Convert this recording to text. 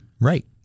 Right